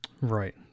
Right